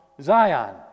Zion